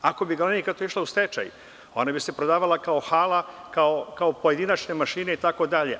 Ako bi „Galenika“ otišla u stečaj, ona bi se prodavala kao hala, kao pojedinačne mašine, itd.